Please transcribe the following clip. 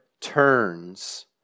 turns